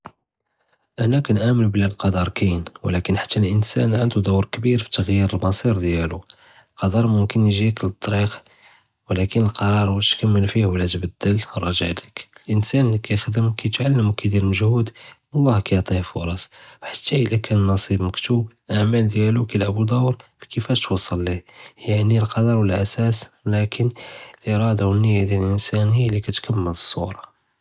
אֲנַא כַּנְאַמֵן בִּלִּי אֶל-קַדַר קַיִן, וּלָקִין חַתّى אִנְסָאן עַנדוּ דּוֹר קְבִיר פִתַּגְ'יֵּר אֶל-מַصִּיר דִּיַאלו. קַדַר מִכְתּוּב יְכִים לְטַרִיק, וּלָקִין אֶל-קְרַאר אִישְּׁ وَاش תְכַמְּל פִيه וְלָא תְבַדֵّل רָاجְע לִيك. אִנְסָאן לִי כַּיְחְדַם כַּיְתְעַלֶּם וְכַיְדִיר מַגְ'הוּד, אֱלָה יְעְטִיה פְּרוֹס, וְחַתّى אִלָּא קָאן נַصִיב מַכְתוּב, אֲעْمָאל דִּיַאלו כַּיְלַעַבּוּ דּוֹר כִּיףַאש תּוֹסַל לִיה. יַעְנִי אֶל-קַדַר הוּוּ אָסַאס, וּלָקִין אֶרַאדַה וְאֶל-נִיַّة דִּיַאל אִנְסָאן הִיא לִי קַתְכַמֵּל אֶל-סּוּרָה.